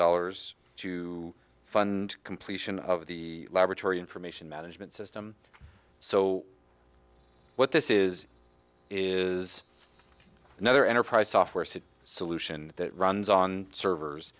dollars to fund completion of the laboratory information management system so what this is is another enterprise software set solution that runs on servers